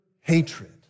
hatred